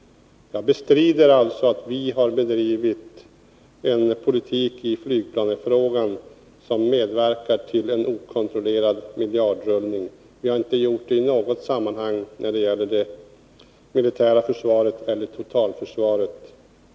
Jag bestrider alltså att vi har bedrivit en politik i flygplansfrågan som medverkar till en okontrollerad miljardrullning. Vi har inte gjort det i något sammanhang när det gäller det militära försvaret eller totalförsvaret.